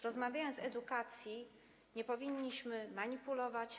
Rozmawiając o edukacji, nie powinniśmy manipulować.